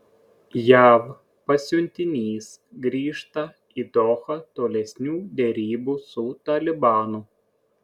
jav pasiuntinys grįžta į dohą tolesnių derybų su talibanu